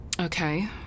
Okay